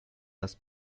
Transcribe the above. das